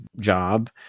job